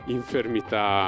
infermità